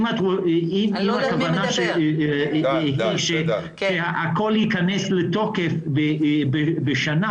אם הכוונה היא שהכול ייכנס לתוקף בתוך שנה,